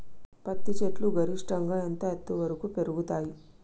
పత్తి చెట్లు గరిష్టంగా ఎంత ఎత్తు వరకు పెరుగుతయ్?